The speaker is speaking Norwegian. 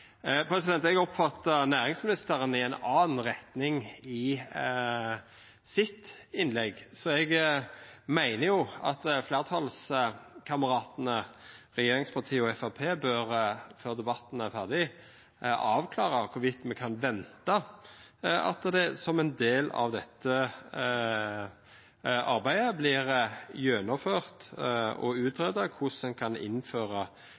Eg oppfatta næringsministeren i sitt innlegg gå i ei anna retning, så eg meiner at fleirtalskameratane regjeringspartia og Framstegspartiet før debatten er ferdig, bør avklara i kva grad me kan venta at det som ein del av dette arbeidet vert gjennomført ei utgreiing av korleis ein kan innføra